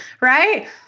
right